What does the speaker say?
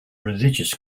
religious